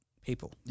people